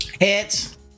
Hits